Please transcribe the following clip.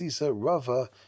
Rava